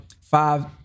five